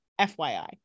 FYI